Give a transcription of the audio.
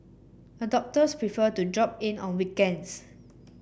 adopters prefer to drop in on weekends